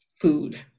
food